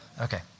Okay